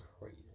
crazy